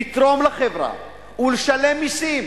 לתרום לחברה ולשלם מסים,